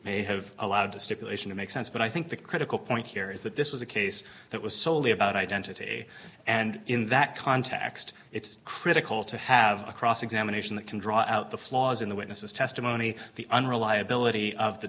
may have allowed the stipulation to make sense but i think the critical point here is that this was a case that was solely about identity and in that context it's critical to have a cross examination that can draw out the flaws in the witnesses testimony the unreliability of the